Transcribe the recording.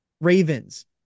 Ravens